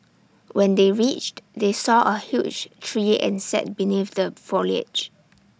when they reached they saw A huge tree and sat beneath the foliage